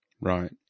Right